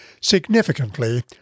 Significantly